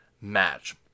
match